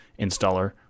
installer